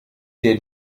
der